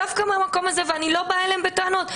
אני לא באה אליהן בטענות.